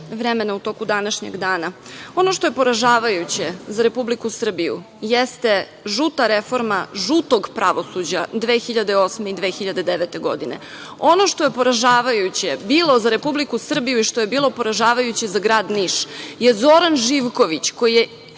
vremena u toku današnjeg dana. Ono što je poražavajuće za Republiku Srbiju jeste žuta reforma žutog pravosuđa 2008. i 2009. godine. Ono što je poražavajuće bilo za Republiku Srbiju i što je bilo poražavajuće za grad Niš je Zoran Živković koji je